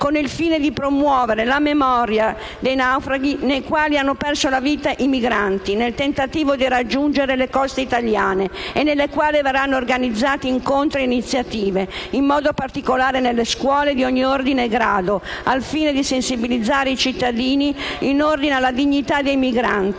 con il fine di promuovere la memoria dei naufragi nei quali hanno perso la vita i migranti, nel tentativo di raggiungere le coste italiane. Una giornata nella quale verranno organizzati incontri e iniziative, in modo particolare nelle scuole di ogni ordine e grado, al fine di sensibilizzare i cittadini in ordine alla dignità dei migranti,